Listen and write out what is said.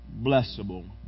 blessable